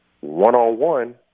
one-on-one